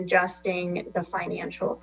adjusting the financial